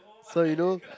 so you know